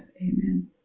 Amen